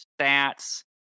stats